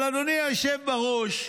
אבל אדוני היושב בראש,